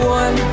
one